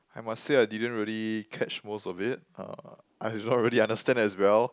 I must say I didn't really catch most of it uh I don't really understand as well